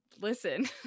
listen